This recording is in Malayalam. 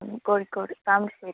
കോഴിക്കോട് താമരശ്ശേരി